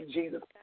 Jesus